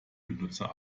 benutzer